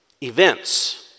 events